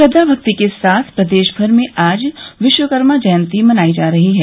श्रद्वा भक्ति के साथ प्रदेश भर में आज विश्वकर्मा जयंती मनाई जा रही है